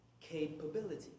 capability